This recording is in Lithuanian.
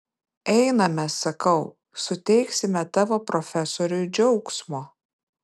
einame sakau suteiksime tavo profesoriui džiaugsmo